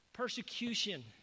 persecution